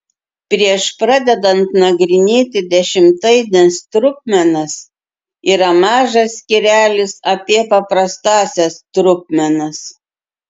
prieš pradedant nagrinėti dešimtaines trupmenas yra mažas skyrelis apie paprastąsias trupmenas